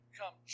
come